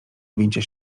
objęcia